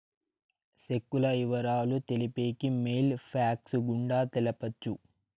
సెక్కుల ఇవరాలు తెలిపేకి మెయిల్ ఫ్యాక్స్ గుండా తెలపొచ్చు